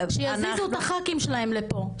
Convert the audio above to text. שיזיזו את הח"כים שלהם לפה,